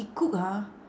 cook ah